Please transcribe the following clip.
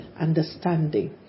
understanding